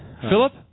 Philip